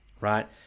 right